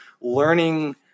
learning